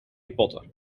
potter